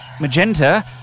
Magenta